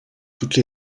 toutes